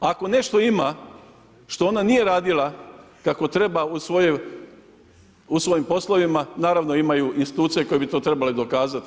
Ako nešto ima što ona nije radila kako treba u svojim poslovima, naravno imaju institucije koje bi to trebale dokazati.